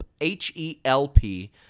H-E-L-P